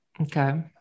Okay